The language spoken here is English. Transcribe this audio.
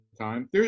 time